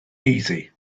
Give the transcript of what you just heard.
easy